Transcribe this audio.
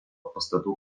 pastatų